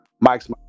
mike's